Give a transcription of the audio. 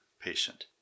patient